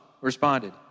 responded